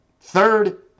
Third